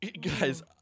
Guys